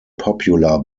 popular